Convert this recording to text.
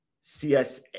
CS